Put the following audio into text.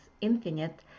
infinite